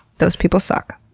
those people suck.